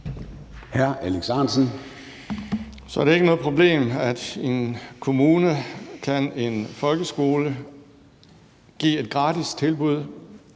Så det er ikke noget problem, at en kommune, en folkeskole kan give et gratis tilbud